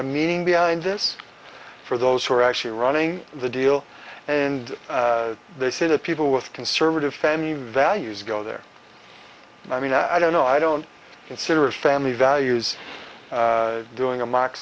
of meaning behind this for those who are actually running the deal and they say that people with conservative family values go there and i mean i don't know i don't consider a family values doing a mock